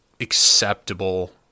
acceptable